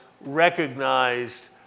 recognized